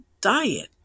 diet